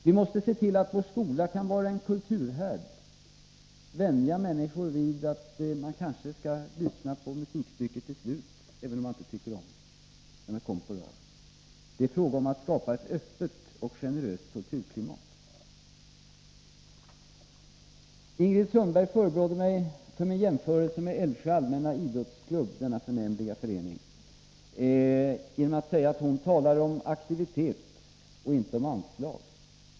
Vi måste se till att vår skola kan vara en kulturhärd och vänja människor vid att man kanske skall lyssna på ett musikstycke till slut, även om man inte tycker om det, när det kommer på radion. Det är fråga om att skapa ett öppet och generöst kulturklimat. Ingrid Sundberg förebrådde mig för min jämförelse med Älvsjö allmänna idrottsklubb, denna förnämliga förening, genom att säga att hon talar om aktivitet och inte om anslag.